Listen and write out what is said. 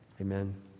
Amen